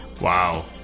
Wow